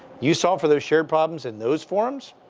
you solve for those shared problems in those forums,